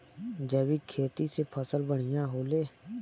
जैविक खेती से फसल बढ़िया होले